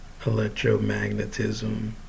electromagnetism